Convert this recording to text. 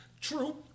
True